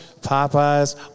Popeyes